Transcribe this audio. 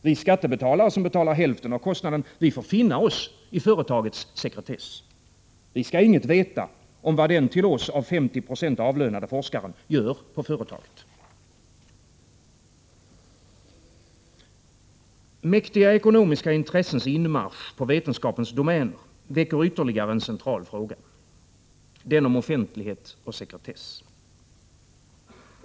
Vi skattebetalare, som betalar hälften av kostnaden, får finna oss i företagets sekretess. Vi skall ingenting veta om vad den av oss till 50 90 avlönade forskaren gör i företaget. Mäktiga ekonomiska intressens inmarsch på vetenskapens domäner väcker ytterligare en central fråga, den om offentlighet och sekretess.